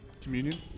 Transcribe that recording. communion